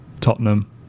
Tottenham